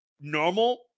normal